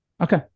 okay